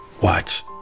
Watch